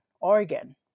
Oregon